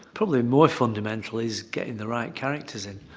probably more fundamental is getting the right characters in.